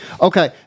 Okay